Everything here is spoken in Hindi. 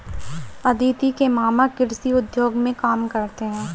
अदिति के मामा कृषि उद्योग में काम करते हैं